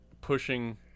pushing